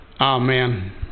Amen